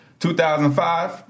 2005